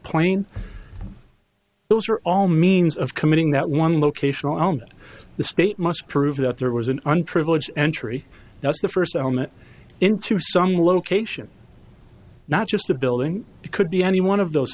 plane those are all means of committing that one locational and that the state must prove that there was an unprivileged entry that's the first element into some location not just a building it could be any one of those